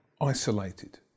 isolated